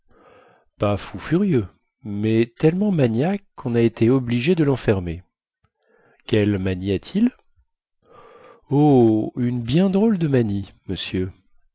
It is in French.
pas fou furieux mais tellement maniaque quon a été obligé de lenfermer quelle manie a-t-il oh une bien drôle de manie monsieur